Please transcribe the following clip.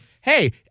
hey